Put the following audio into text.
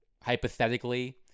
hypothetically